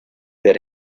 per